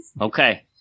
Okay